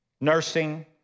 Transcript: nursing